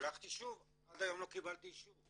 שלחתי שוב, עד היום לא קיבלתי אישור.